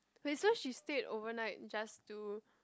wait so she stayed overnight just to